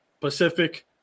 Pacific